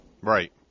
Right